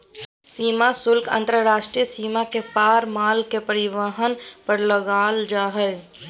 सीमा शुल्क अंतर्राष्ट्रीय सीमा के पार माल के परिवहन पर लगाल जा हइ